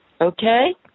Okay